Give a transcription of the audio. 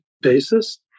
basis